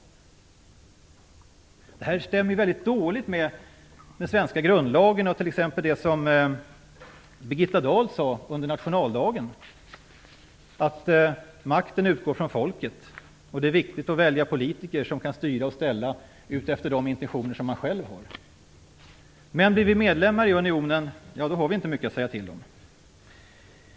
Detta stämmer väldigt dåligt med den svenska grundlagen och det som Birgitta Dahl sade på nationaldagen, att makten utgår från folket och att det är viktigt att välja politiker som kan styra och ställa efter de intentioner som man själv har. Men när vi blev medlemmar i unionen har vi inte mycket att säga till om.